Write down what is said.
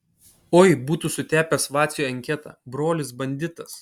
oi būtų sutepęs vaciui anketą brolis banditas